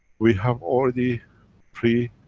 we have already prearranged,